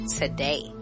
today